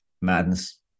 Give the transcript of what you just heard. Madness